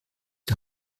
die